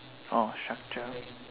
oh structure